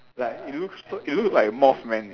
like it looks it looks like moth man eh